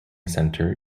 center